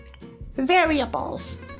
variables